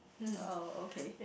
uh okay